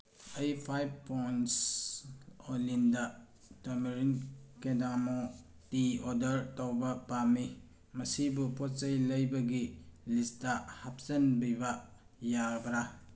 ꯑꯩ five pounds ꯑꯣꯂꯤꯟꯗ tamarind ꯀꯦꯗꯥꯃꯣꯟ ꯇꯤ ꯑꯣꯔꯗꯔ ꯇꯧꯕ ꯄꯥꯝꯃꯤ ꯃꯁꯤꯕꯨ ꯄꯣꯠꯆꯩ ꯂꯩꯕꯒꯤ ꯂꯤꯁꯇ ꯍꯥꯞꯆꯤꯟꯕꯤꯕ ꯌꯥꯕ꯭ꯔꯥ